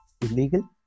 Illegal